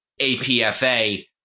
APFA